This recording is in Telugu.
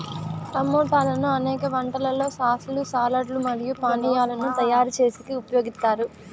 టమోటాలను అనేక వంటలలో సాస్ లు, సాలడ్ లు మరియు పానీయాలను తయారు చేసేకి ఉపయోగిత్తారు